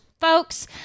folks